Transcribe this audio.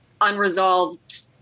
unresolved